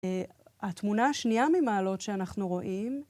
התמונה השנייה ממעלות שאנחנו רואים